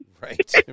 Right